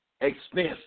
expense